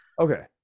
Okay